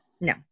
No